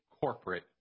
corporate